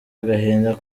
agahinda